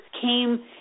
came